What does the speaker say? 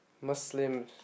Muslim